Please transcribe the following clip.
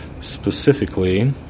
Specifically